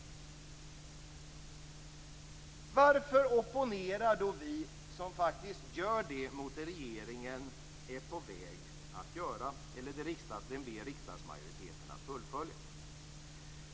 Vad har då vi som faktiskt opponerar oss mot det som regeringen ber riksdagsmajoriteten att fullfölja för anledning att göra det?